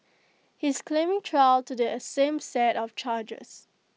he is claiming trial to the same set of charges